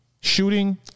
shooting